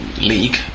league